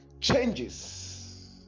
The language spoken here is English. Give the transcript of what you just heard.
changes